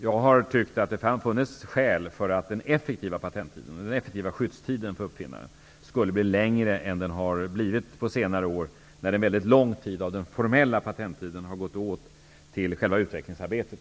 Jag har tyckt att det har funnits skäl för att den effektiva patenttiden och den effektiva skyddstiden för uppfinnaren skulle bli längre än den har blivit på senare år, när en väldigt lång tid av den formella patenttiden egentligen har gått åt till själva utvecklingsarbetet.